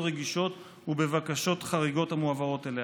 רגישות ובבקשות חריגות המועברות אליה.